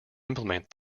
implement